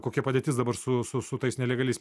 kokia padėtis dabar su su su tais nelegaliais